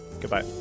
goodbye